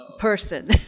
person